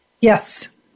Yes